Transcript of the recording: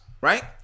Right